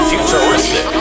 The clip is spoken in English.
Futuristic